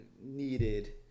needed